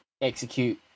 execute